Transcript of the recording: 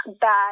bad